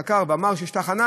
אמר שיש תחנה,